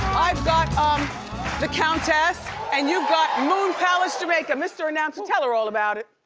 i've got um the countess and you've got moon palace jamaica. mr. announcer, tell her all about it.